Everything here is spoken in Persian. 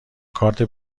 کارت